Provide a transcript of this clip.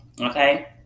Okay